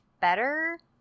better